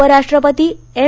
उपराष्ट्रपती एम